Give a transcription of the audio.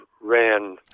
ran